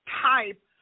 type